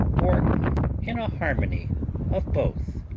or in a harmony of both.